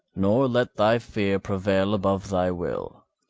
nor let thy fear prevail above thy will.